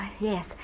yes